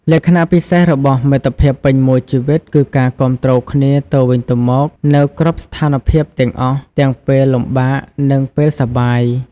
លក្ខណៈពិសេសរបស់មិត្តភាពពេញមួយជីវិតគឺការគាំទ្រគ្នាទៅវិញទៅមកនៅគ្រប់ស្ថានភាពទាំងអស់ទាំងពេលលំបាកនិងពេលសប្បាយ។